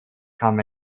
kam